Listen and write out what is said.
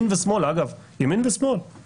הוא מפיץ סרטון בשפה הרוסית ובו הוא מספר שמפלגת